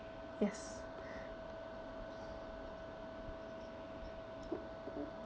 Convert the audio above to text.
yes